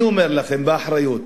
אני אומר לכם באחריות: